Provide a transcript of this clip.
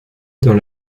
dans